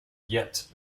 yet